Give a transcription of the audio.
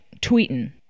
tweeting